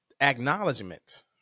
acknowledgement